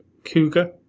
Cougar